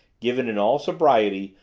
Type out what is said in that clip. given in all sobriety,